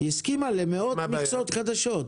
היא הסכימה למאות מכסות חדשות.